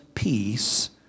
peace